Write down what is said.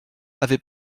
avait